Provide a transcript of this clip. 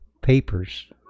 papers